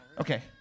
Okay